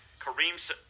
Kareem